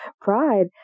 Pride